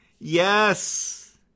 Yes